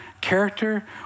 character